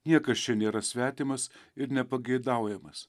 niekas čia nėra svetimas ir nepageidaujamas